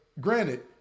granted